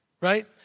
right